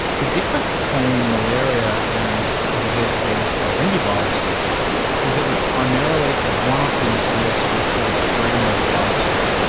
the difference between malaria and a disease caused by dengue viruses is that we primarily have one or two mosquito species that are spreading those viruses,